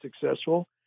successful